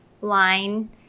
line